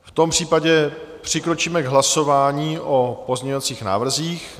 V tom případě přikročíme k hlasování o pozměňovacích návrzích.